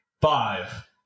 Five